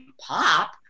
pop